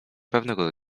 pewnego